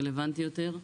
רלוונטי יותר,